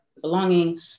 belonging